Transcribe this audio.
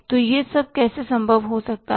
तो यह सब कैसे संभव हो सकता है